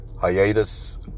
hiatus